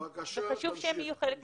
אז חשוב שהם יהיו חלק מהשיח.